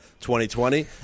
2020